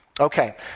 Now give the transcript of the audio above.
Okay